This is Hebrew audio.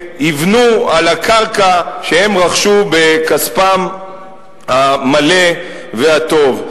שיבנו על הקרקע שהם רכשו בכספם המלא והטוב.